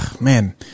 Man